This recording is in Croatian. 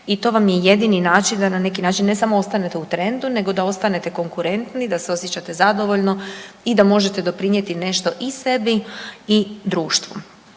i to vam je jedini način da na neki način ne samo ostanete u trendu nego da ostanete konkurenti, da se osjećate zadovoljno i da možete doprinijeti nešto i sebi i društvu.